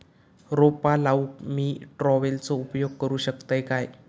रोपा लाऊक मी ट्रावेलचो उपयोग करू शकतय काय?